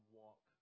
walk